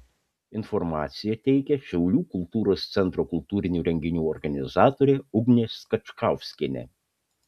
informaciją teikia šiaulių kultūros centro kultūrinių renginių organizatorė ugnė skačkauskienė